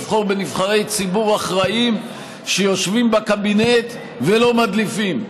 לבחור בנבחרי ציבור אחראים שיושבים בקבינט ולא מדליפים.